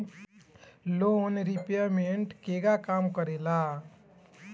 Loan repayment केगा काम करेला?